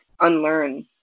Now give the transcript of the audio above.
unlearn